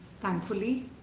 Thankfully